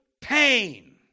pain